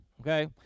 okay